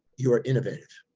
you are innovative.